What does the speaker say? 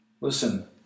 Listen